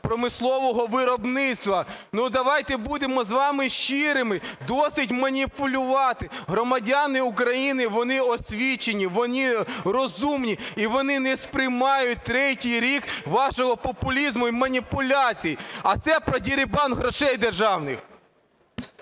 промислового виробництва. Давайте будемо з вами щирими, досить маніпулювати. Громадяни України, вони освідченні, вони розумні і вони не сприймають третій рік вашого популізму і маніпуляцій. А це – про дерибан грошей державних.